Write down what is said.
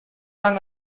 han